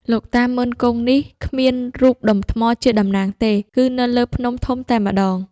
លោកតា ម៉ឺន-គង់នេះ គ្មានរូបដុំថ្មជាតំណាងទេ គឺនៅលើភ្នំធំតែម្ដង។